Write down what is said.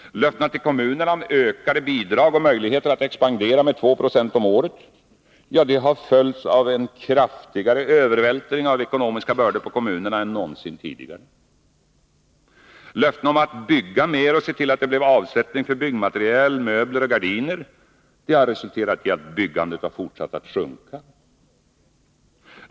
Löftena till kommunerna om ökade bidrag och möjligheter att expandera med 2 Io om året har följts av en kraftigare övervältring av ekonomiska bördor på kommunerna än någonsin tidigare. Löftena om att bygga mer och se till att det blev avsättning för byggmaterial, möbler och gardiner har resulterat i att byggandet har fortsatt att sjunka.